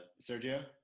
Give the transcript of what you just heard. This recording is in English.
Sergio